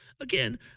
Again